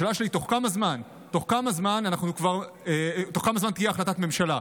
השאלה שלי היא בתוך כמה זמן תהיה החלטת ממשלה.